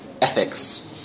ethics